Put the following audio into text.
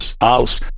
house